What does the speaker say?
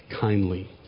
kindly